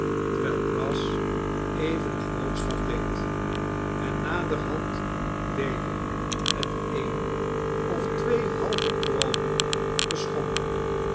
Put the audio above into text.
terwijl brass even eene boodschap deed en naderhand weder met een of twee halve kronen beschonken